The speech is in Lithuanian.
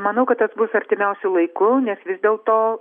manau kad tas bus artimiausiu laiku nes vis dėl to